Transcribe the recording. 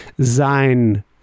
Sein